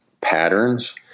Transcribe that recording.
patterns